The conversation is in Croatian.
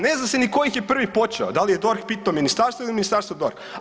Ne zna se ni tko ih je prvi počeo, da li je DORH pitao ministarstvo ili ministarstvo DORH.